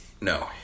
No